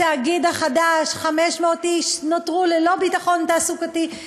בתאגיד החדש 500 איש נותרו ללא ביטחון תעסוקתי,